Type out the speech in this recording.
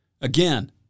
again